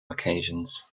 occasions